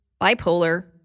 bipolar